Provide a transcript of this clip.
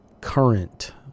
current